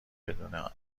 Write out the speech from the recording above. بدون